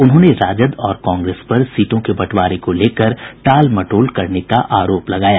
उन्होंने राजद और कांग्रेस पर सीटों के बंटवारे को लेकर टालमटोल करने का आरोप लगाया